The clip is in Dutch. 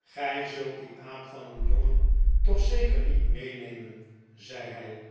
gij zult dien aap van een jongen toch zeker niet meenemen zei hij